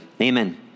Amen